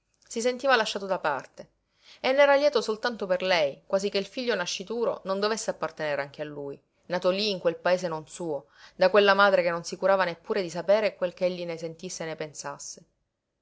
si sentiva lasciato da parte e n'era lieto soltanto per lei quasi che il figlio nascituro non dovesse appartenere anche a lui nato lí in quel paese non suo da quella madre che non si curava neppure di sapere quel che egli ne sentisse e ne pensasse